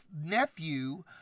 nephew